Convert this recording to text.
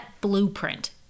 blueprint